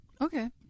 Okay